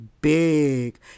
big